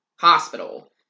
hospital